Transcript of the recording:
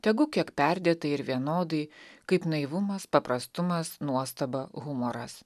tegu kiek perdėtai ir vienodai kaip naivumas paprastumas nuostaba humoras